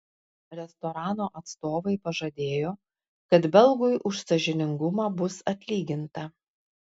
restorano atstovai pažadėjo kad belgui už sąžiningumą bus atlyginta